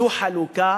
זו חלוקה